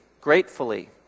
gratefully